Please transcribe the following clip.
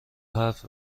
حرف